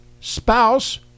spouse